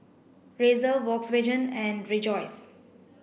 Razer Volkswagen and Rejoice